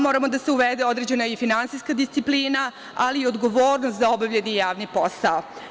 Mora da se uvede i određena finansijska disciplina, ali i odgovornost za obavljeni javni posao.